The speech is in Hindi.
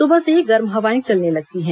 सुबह से ही गर्म हवाएं चलने लगती हैं